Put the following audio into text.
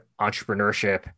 entrepreneurship